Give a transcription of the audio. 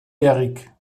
erik